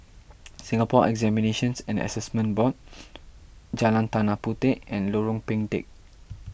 Singapore Examinations and Assessment Board Jalan Tanah Puteh and Lorong Pendek